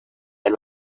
del